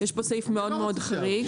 יש פה סעיף מאוד מאוד חריג,